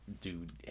dude